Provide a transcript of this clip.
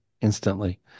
instantly